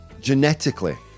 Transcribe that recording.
Genetically